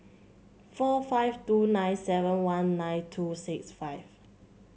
four five two nine seven one nine two six five